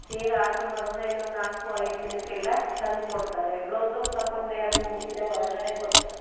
ಈಗ ಆರ್ಡ್ರ್ ಮಾಡಿದ್ರೆ ಇನ್ನೊಂದು ನಾಲ್ಕು ಐದು ದಿನಕ್ಕೆಲ್ಲ ತಂದುಕೊಡ್ತಾರೆ ಬ್ಲೌಸ್ ಹೊಲ್ಸೋಕೆ ಒಂದು ಎರ್ಡು ಮೂರು ದಿನ ಹೊರಗಡೆ ಕೊಟ್ಟರೆ